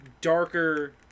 darker